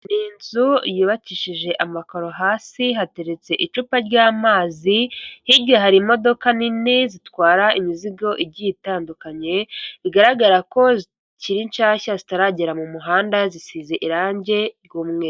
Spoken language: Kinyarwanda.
Iyi nzu yubakishije amakaro hasi hateretse icupa ry'amazi, hirya hari imodoka nini zitwara imizigo igiye itandukanye, bigaragara ko zikiri nshyashya zitaragera mu muhanda zisize irange ry'umweru.